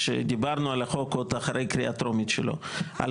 כשדיברנו על החוק עוד אחרי הקריאה הטרומית שלו על